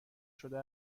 شده